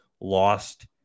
lost